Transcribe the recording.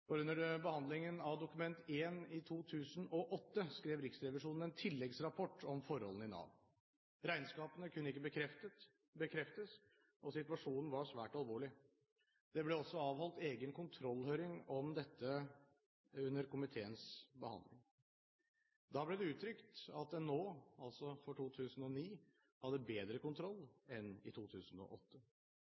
Under behandlingen av Dokument 1 i 2008 skrev Riksrevisjonen en tilleggsrapport om forholdene i Nav. Regnskapene kunne ikke bekreftes, og situasjonen var svært alvorlig. Det ble også avholdt en egen kontrollhøring om dette under komiteens behandling. Da ble det uttrykt at en nå, altså i 2009, hadde bedre kontroll enn i 2008.